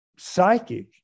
psychic